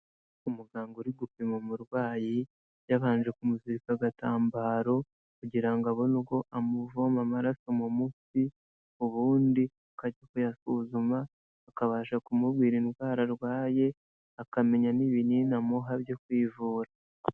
Umuganga uri gupima umurwayi yabanje kumuzirika agatambaro kugira ngo abone uko amuvoma amaraso mu mutsi, ubundi akajya kuyasuzuma akabasha kumubwira indwara arwaye, akamenya n'ibinini amuha byo kuyivura.